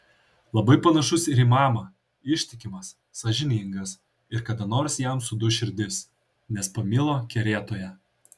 labai panašus ir į mamą ištikimas sąžiningas ir kada nors jam suduš širdis nes pamilo kerėtoją